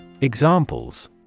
Examples